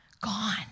Gone